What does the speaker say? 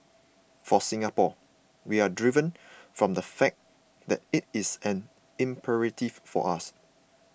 for Singapore we are driven from the fact that it is an imperative for us